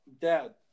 Dad